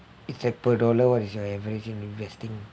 it's that per dollar what is your averaging investing